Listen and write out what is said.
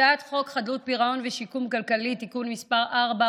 הצעת חוק חדלות פירעון ושיקום כלכלי (תיקון מס' 4,